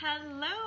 Hello